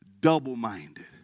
double-minded